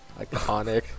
Iconic